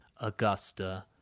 Augusta